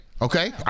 Okay